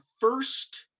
first